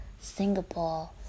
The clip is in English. Singapore